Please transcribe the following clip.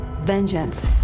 vengeance